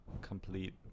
complete